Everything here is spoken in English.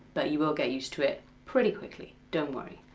but you will get used to it pretty quickly, don't worry.